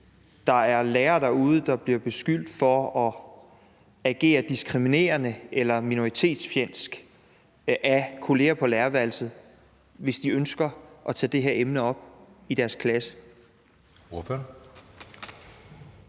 der er lærere derude, der bliver beskyldt for at agere diskriminerende eller minoritetsfjendsk af kolleger på lærerværelset, hvis de ønsker at tage det her emne op i deres klasse?